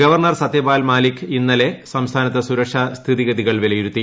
governor Satyapal Malik ഇന്നലെ സംസ്ഥാനത്തെ സുരക്ഷാ സ്ഥിതിഗതികൾ വിലയിരുത്തി